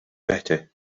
better